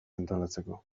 antolatzeko